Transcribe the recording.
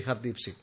Hardeep Singh